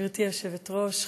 גברתי היושבת-ראש,